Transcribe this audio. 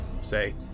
say